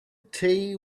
tea